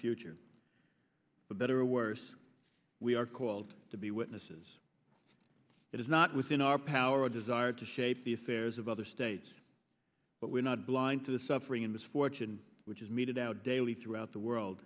future but better or worse we are called to be witnesses it is not within our power or desire to shape the affairs of other states but we're not blind to the suffering and misfortune which is meted out daily throughout the world